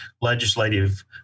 legislative